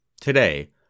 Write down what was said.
Today